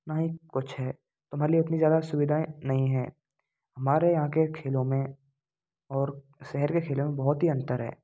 न ही कुछ है तो हमारे लिए उतनी ज़्यादा सुविधाएँ नहीं हैं हमारे यहाँ के खेलों में और शहर के खेलों में बहुत ही अंतर है